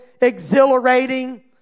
Exhilarating